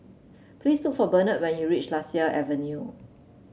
please look for Benard when you reach Lasia Avenue